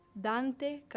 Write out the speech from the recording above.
Dante